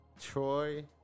troy